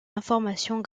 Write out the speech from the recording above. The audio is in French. informations